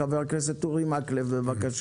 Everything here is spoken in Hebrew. חבר הכנסת אורי מקלב, בבקשה.